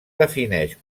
defineix